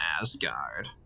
Asgard